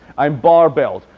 i'm bar-belled.